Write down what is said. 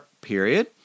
period